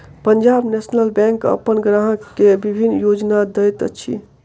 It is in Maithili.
पंजाब नेशनल बैंक अपन ग्राहक के विभिन्न योजना दैत अछि